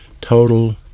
Total